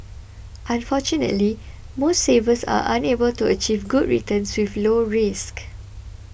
unfortunately most savers are unable to achieve good returns with low risk